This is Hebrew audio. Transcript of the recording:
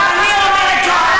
ואת מי את מייצגת?